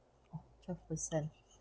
ya twelve percent